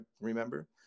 remember